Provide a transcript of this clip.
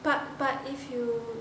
but but if you